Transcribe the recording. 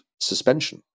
suspension